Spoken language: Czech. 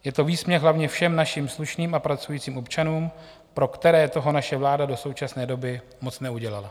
Je to výsměch hlavně všem našim slušným a pracujícím občanům, pro které toho naše vláda do současné doby moc neudělala.